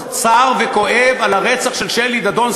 מצר וכואב על הרצח של שלי דדון,